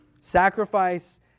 Sacrifice